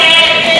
מי נגד?